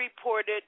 reported